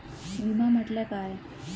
विमा म्हटल्या काय?